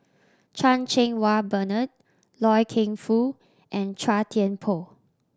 Chan Cheng Wah Bernard Loy Keng Foo and Chua Thian Poh